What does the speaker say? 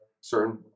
certain